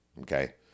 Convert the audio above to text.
Okay